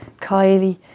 Kylie